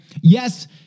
Yes